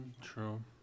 True